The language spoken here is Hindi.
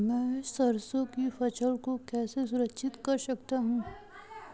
मैं सरसों की फसल को कैसे संरक्षित कर सकता हूँ?